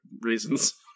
reasons